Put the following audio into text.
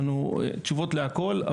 יש לנו תשובות להכול.